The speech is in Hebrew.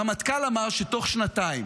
הרמטכ"ל אמר שתוך שנתיים